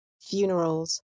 funerals